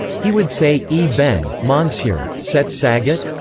he would say, e ben, monsur, setz saget?